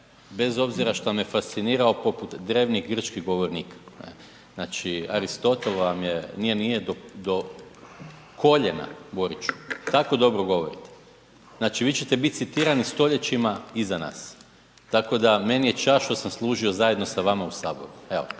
bez obzira što me fascinirao poput drevnih grčkih govornika ne, znači Aristotel vam je, nije, nije do koljena Boriću, tako dobro govorite, znači vi ćete biti citirani stoljećima iza nas, tako da meni je čast što sam služio zajedno sa vama u HS, evo